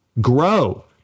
grow